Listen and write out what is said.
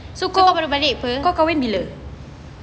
so kau kau kahwin bila